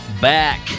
back